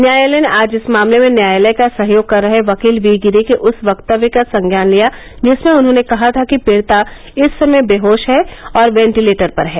न्यायालय ने आज इस मामले में न्यायालय का सहयोग कर रहे वकील वी गिरी के उस वक्तव्य का संज्ञान लिया जिसमें उन्होंने कहा था कि पीड़िता इस समय बेहोश है और वेटिलेटर पर है